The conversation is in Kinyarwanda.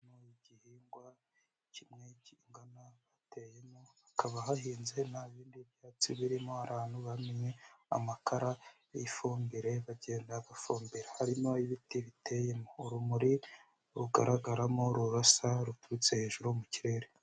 Igihingwa kimwe kingana bateyemo, hakaba hahinze nta bindi byatsi birimo, hari ahantu bamennye amakara y'ifumbire bagenda bafumbira, harimo ibiti biteyemo, urumuri rugaragaramo rurasa ruturutse hejuru mu kirere.